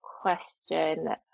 question